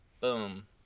boom